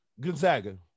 Gonzaga